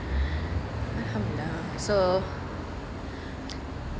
so